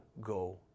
go